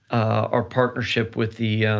our partnership with the,